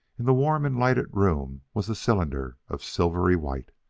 in the warm and lighted room was a cylinder of silvery white.